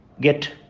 get